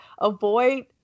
avoid